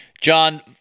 John